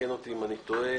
תקן אותי אם אני טועה